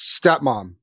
Stepmom